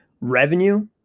revenue